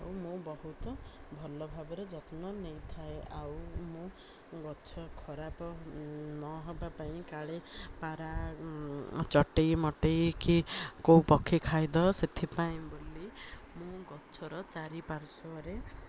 ଆଉ ମୁଁ ବହୁତ ଭଲ ଭାବରେ ଯତ୍ନ ନେଇଥାଏ ଆଉ ମୁଁ ଗଛ ଖରାପ ନହେବା ପାଇଁ କାଳେ ପାରା ଚଟେଇମଟେଇ କି କେଉଁ ପକ୍ଷୀ ଖାଇଦେବ ସେଥିପାଇଁ ବୋଲି ମୁଁ ଗଛର ଚାରିପାର୍ଶ୍ୱରେ